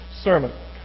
sermon